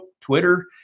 Twitter